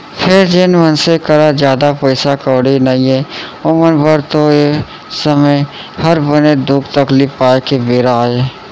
फेर जेन मनसे करा जादा पइसा कउड़ी नइये ओमन बर तो ए समे हर बनेच दुख तकलीफ पाए के बेरा अय